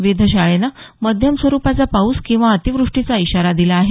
वेध शाळेनं मध्यम स्वरुपाचा पाऊस किंवा अतिवृष्टीचा इशारा दिला आहे